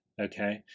Okay